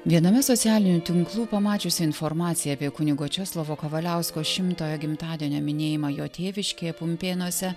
viename socialinių tinklų pamačiusi informaciją apie kunigo česlovo kavaliausko šimtojo gimtadienio minėjimą jo tėviškėje pumpėnuose